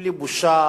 בלי בושה,